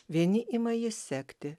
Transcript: vieni ima jį sekti